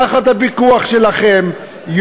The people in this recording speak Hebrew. תחת הפיקוח שלכם,